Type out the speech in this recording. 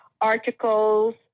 articles